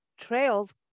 trails